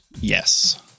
Yes